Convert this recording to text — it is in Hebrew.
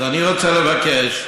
אז אני רוצה לבקש: